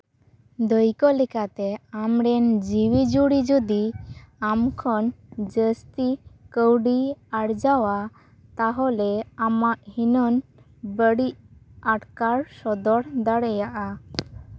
ᱫᱟᱹᱭᱠᱟᱹ ᱞᱮᱠᱟᱛᱮ ᱟᱢ ᱨᱮᱱ ᱡᱤᱣᱤᱡᱩᱨᱤ ᱡᱩᱫᱤ ᱟᱢ ᱠᱷᱚᱱ ᱡᱟᱹᱥᱛᱤ ᱠᱟᱹᱣᱰᱤᱭ ᱟᱨᱡᱟᱣᱟ ᱛᱟᱦᱚᱞᱮ ᱟᱢᱟᱜ ᱦᱤᱱᱟᱹᱱ ᱵᱟᱹᱲᱤᱡ ᱟᱴᱠᱟᱨ ᱥᱚᱫᱚᱨ ᱫᱟᱲᱮᱭᱟᱜᱼᱟ